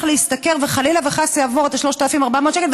להשתכר וחלילה וחס אעבור את ה-3,400 שקל האלה,